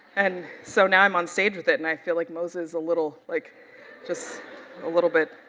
and so now i'm on stage with it and i feel like moses, a little. like just a little bit.